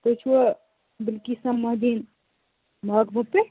تُہۍ چھِوا بِلکیسا ماجیٖن ماگمہٕ پیٚٹھ